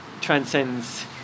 transcends